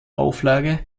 auflage